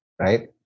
Right